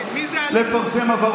מי זה הליכודניק שמספר לך בכלל?